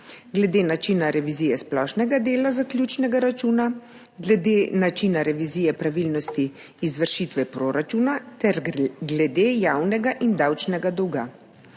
glede načina revizije splošnega dela zaključnega računa, glede načina revizije pravilnosti izvršitve proračuna ter glede javnega in davčnega dolga.